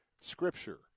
scripture